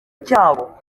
cyabo